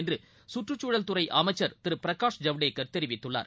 என்றுசுற்றுச்சூழல்துறைஅமைச்சர் திருபிரகாஷ் ஜவடேகர் தெரிவித்துள்ளார்